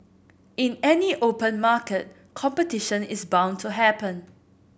in any open market competition is bound to happen